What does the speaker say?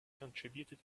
contributed